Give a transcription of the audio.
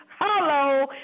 Hello